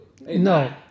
No